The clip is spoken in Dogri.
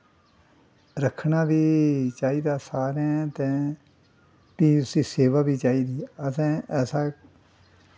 रक्खना बी चाहिदा सारें ते फ्ही उसदी सेवा बी चाहिदी ऐ असें ऐसा